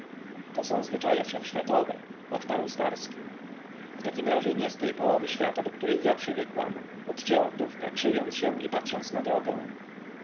to są zwyczaje wszechświatowe odparł starski w każdym razie nie z tej połowy świata do której ja przywykłam odcięła wdówka krzywiąc się i patrząc na drogę